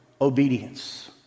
obedience